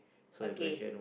okay